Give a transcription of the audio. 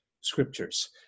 scriptures